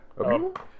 Okay